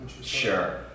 sure